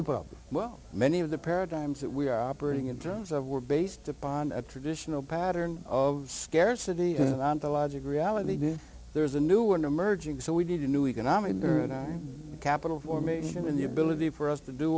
public well many of the paradigms that we are operating in terms of were based upon a traditional pattern of scarcity in an ontological reality there's a new and emerging so we need a new economic capital formation and the ability for us to do